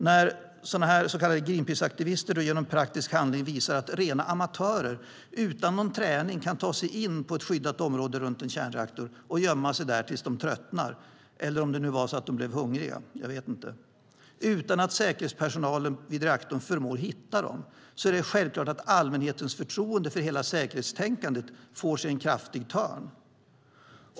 När så kallade Greenpeaceaktivister genom praktisk handling visar att rena amatörer utan någon träning kan ta sig in på skyddat område runt en kärnreaktor och gömma sig där tills de tröttnar, eller om det nu var så att de blev hungriga, utan att säkerhetspersonalen vid reaktorn förmår hitta dem är det självklart att allmänhetens förtroende för hela säkerhetstänkandet får sig en kraftig törn.